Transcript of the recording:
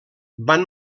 van